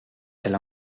elle